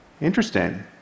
interesting